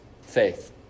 faith